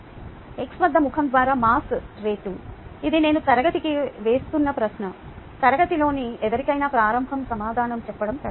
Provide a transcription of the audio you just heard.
X వద్ద ముఖం ద్వారా మాస్ రేటు ఇది నేను తరగతికి వేస్తున్న ప్రశ్న తరగతిలోని ఎవరికైనా ప్రారంభంలో సమాధానం చెప్పడం కష్టం